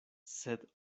sed